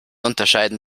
unterscheiden